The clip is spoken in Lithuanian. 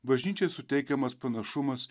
bažnyčiai suteikiamas panašumas